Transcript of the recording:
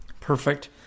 Perfect